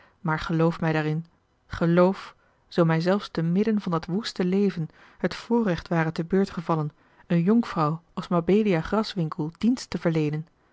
maar geloof mij daarin geloof zoo mij zelfs te midden van dat woeste leven het voorrecht ware tebeurtgevallen eene jonkvrouw als mabelia graswinckel dienst te verleenen